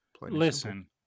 Listen